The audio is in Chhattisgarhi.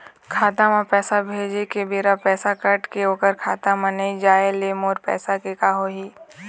खाता म पैसा भेजे के बेरा पैसा कट के ओकर खाता म नई जाय ले मोर पैसा के का होही?